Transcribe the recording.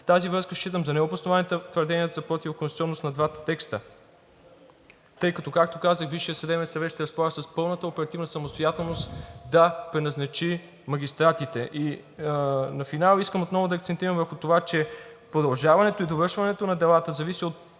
В тази връзка считам за необосновани твърденията за противоконституционност на двата текста, тъй като, както казах, Висшият съдебен съвет ще разполага с пълната оперативна самостоятелност да преназначи магистратите. На финала искам отново да акцентирам върху това, че продължаването и довършването на делата зависи от